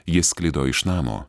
ji sklido iš namo